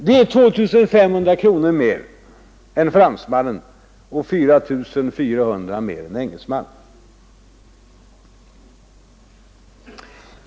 Det är 2500 kronor mer än fransmannen har och 4400 kronor mer än engelsmannen har.